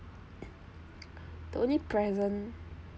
the only present